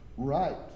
Right